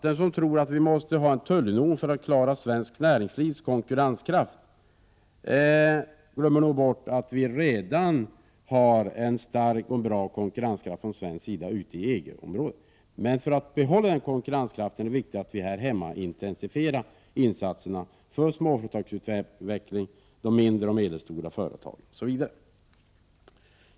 Den som tror att vi måste ha en tullunion för att klara svenskt näringslivs konkurrenskraft glömmer nog bort att vi redan har en stark och bra konkurrenskraft från svensk sida i EG-området. Men för att behålla den konkurrenskraften är det viktigt att vi här hemma intensifierar insatserna för småföretagsutveckling, liksom för utveckling av mindre och medelstora företag.